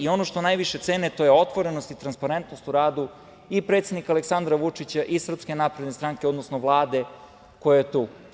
Ono što najviše cene, to je otvorenost i transparentnost u radu i predsednika Aleksandra Vučića i SNS, odnosno Vlade koja je tu.